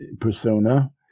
persona